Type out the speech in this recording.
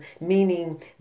meaning